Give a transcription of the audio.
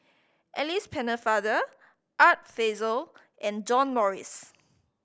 Alice Pennefather Art Fazil and John Morrice